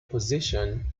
position